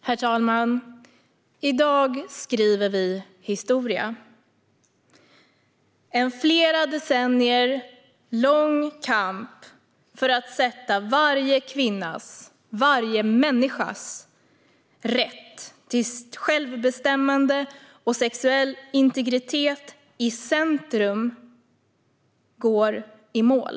Herr talman! I dag skriver vi historia. En flera decennier lång kamp för att sätta varje kvinnas, varje människas, rätt till självbestämmande och sexuell integritet i centrum går i mål.